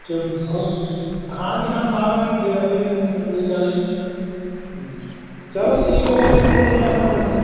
ਚਲੋਂ ਉਹ ਹਾਂਜੀ ਹਾਂ ਮਾਰਾਂਗੇ ਗੇੜਾ ਵੀਰੇ ਓਕੇ ਕੋਈ ਗੱਲ ਨਹੀਂ ਅਤੇ ਚਲੋ ਠੀਕ ਹੈ ਵੀਰੇ ਮਿਲਦੇ ਹਾਂ ਆਪਾਂ ਫਿਰ